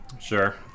sure